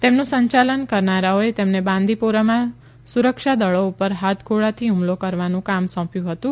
તેમનું સંચાલન કરનારાઓએ તેમને બાંદીપોરામાં સુરક્ષાદળો પર હાથગોળાથી હુમલો કરવાનું કામ સોપ્યું હતું